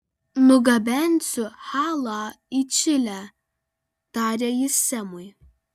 nugabensiu halą į čilę tarė ji semui